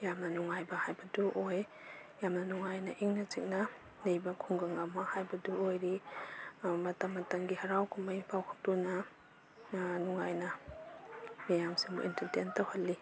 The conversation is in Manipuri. ꯌꯥꯝꯅ ꯅꯨꯡꯉꯥꯏꯕ ꯍꯥꯏꯕꯗꯨ ꯑꯣꯏ ꯌꯥꯝꯅ ꯅꯨꯡꯉꯥꯏꯅ ꯏꯪꯅ ꯆꯤꯛꯅ ꯂꯩꯕ ꯈꯨꯡꯒꯪ ꯑꯃ ꯍꯥꯏꯕꯗꯨ ꯑꯣꯏꯔꯤ ꯃꯇꯝ ꯃꯇꯝꯒꯤ ꯍꯔꯥꯎ ꯀꯨꯝꯍꯩ ꯄꯥꯡꯊꯣꯛꯇꯨꯅ ꯅꯨꯡꯉꯥꯏꯅ ꯃꯌꯥꯝꯁꯤꯕꯨ ꯏꯟꯇꯔꯇꯦꯟ ꯇꯧꯍꯜꯂꯤ